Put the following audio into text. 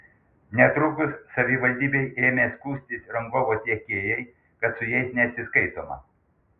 netrukus savivaldybei ėmė skųstis rangovo tiekėjai kad su jais neatsiskaitoma